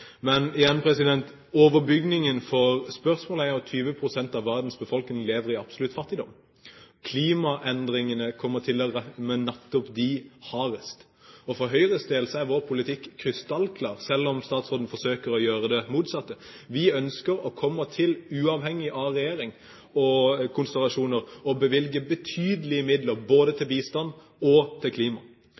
Overbygningen for spørsmålet er at 20 pst. av verdens befolkning lever i absolutt fattigdom. Klimaendringene kommer til å ramme nettopp dem hardest. For Høyres del er vår politikk krystallklar, selv om statsråden forsøker å framstille det som motsatt. Vi ønsker og kommer til, uavhengig av regjering og konstellasjoner, å bevilge betydelige midler både til bistand og til